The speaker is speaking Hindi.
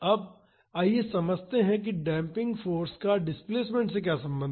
अब आइए समझते हैं कि डेम्पिंग फाॅर्स का डिस्प्लेसमेंट से क्या संबंध है